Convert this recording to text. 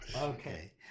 Okay